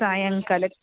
सायङ्काले